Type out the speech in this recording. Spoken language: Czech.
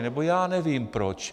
Nebo já nevím proč.